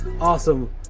awesome